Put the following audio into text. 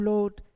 Lord